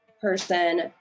person